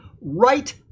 right